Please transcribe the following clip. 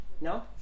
No